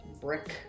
brick